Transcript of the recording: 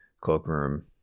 Cloakroom